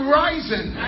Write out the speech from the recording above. rising